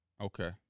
Okay